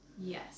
yes